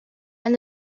and